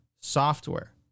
software